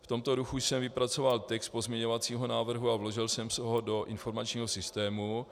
V tomto duchu jsem vypracoval text pozměňovacího návrhu a vložil jsem ho do informačního systému.